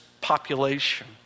population